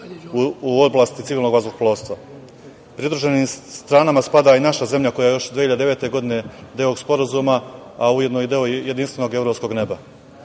u oblasti civilnog vazduhoplovstva. Pridruženim stranama spada i naša zemlja koja je još 2009. godine deo ovog sporazuma, a ujedno i deo jedinstvenog evropskog neba. Ti